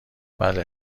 بله